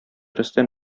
рөстәм